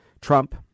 Trump